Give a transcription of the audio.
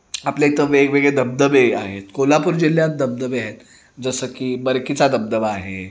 आपल्या इथं वेगवेगळे धबधबे आहेत कोल्हापूर जिल्ह्यात धबधबे आहेत जसं की बरकीचा धबधबा आहे